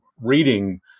reading